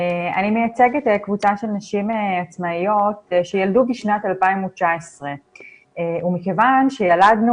אני מייצגת קבוצת נשים עצמאיות שילדו בשנת 2019 ומכיוון שילדנו